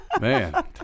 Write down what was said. Man